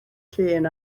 llun